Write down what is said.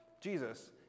Jesus